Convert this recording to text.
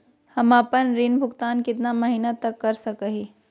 हम आपन ऋण भुगतान कितना महीना तक कर सक ही?